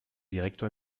direktor